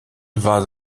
war